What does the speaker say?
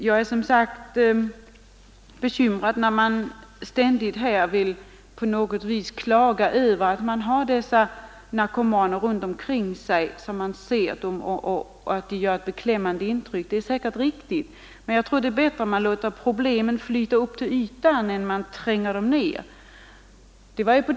Jag är som sagt bekymrad över att man här ständigt vill klaga över att man har narkomaner runt omkring sig och att de gör ett beklämmande intryck. Det är säkerligen riktigt, men jag tror att det är bättre att låta problemen flyta upp till ytan än att trycka ner dem.